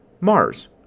Mars